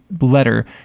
letter